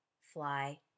fly